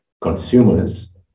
consumers